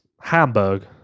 hamburg